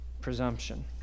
presumption